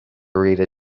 reader